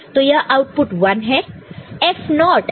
तो यह आउटपुट 1 है